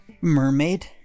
mermaid